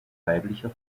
weiblicher